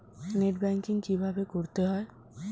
Net banking কীভাবে করতে হয়?